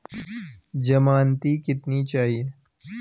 ज़मानती कितने चाहिये?